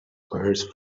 worse